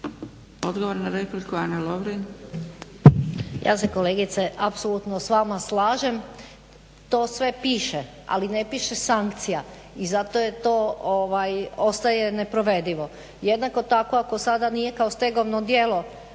Odgovor na repliku Ana Lovrin.